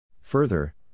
Further